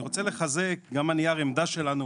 אני רוצה לחזק, גם נייר העמדה שלנו